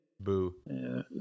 Boo